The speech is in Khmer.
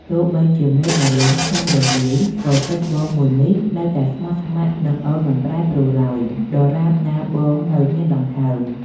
ទោះបីជាមេឃរលំ ភ្នំរលាយ ក៏ចិត្តបងមួយនេះនៅតែស្មោះស្ម័គ្រនឹងអូនមិនប្រែប្រួលឡើយ ដរាបណាបងនៅមានដង្ហើម។